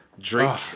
Drink